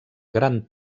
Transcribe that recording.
gran